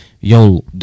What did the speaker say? Yo